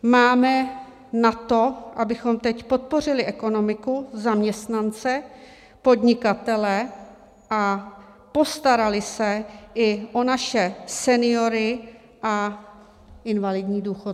Máme na to, abychom teď podpořili ekonomiku, zaměstnance, podnikatele a postarali se i o naše seniory a invalidní důchodce.